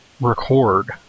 record